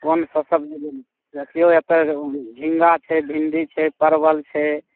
कोन सा सबजी देखियौ एतऽ झींगा छै भिण्डी छै परबल छै